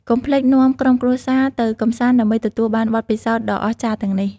កុំភ្លេចនាំក្រុមគ្រួសារទៅកម្សាន្តដើម្បីទទួលបានបទពិសោធន៍ដ៏អស្ចារ្យទាំងនេះ។